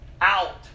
out